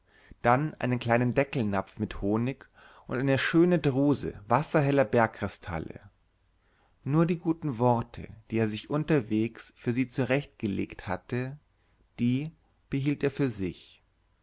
dann einen kleinen deckelnapf mit honig und eine schöne druse wasserheller bergkristalle nur die guten worte die er sich unterwegs für sie zurechtgelegt hatte die behielt er für sich